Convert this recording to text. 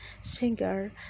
singer